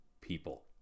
people